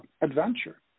adventure